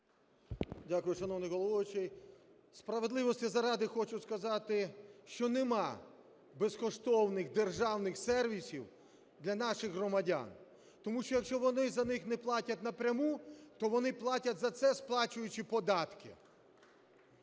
Дякую, шановний головуючий. Справедливості заради хочу сказати, що немає безкоштовних державних сервісів для наших громадян. Тому що, якщо вони за них не платять н пряму, то вони платять за це, сплачуючи податки.